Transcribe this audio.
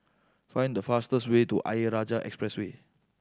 find the fastest way to Ayer Rajah Expressway